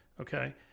Okay